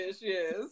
yes